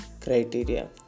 criteria